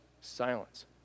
silence